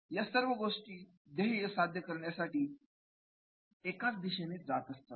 या सर्व गोष्टी ध्येय साध्य करण्यासाठी एकाच दिशेने जात असतात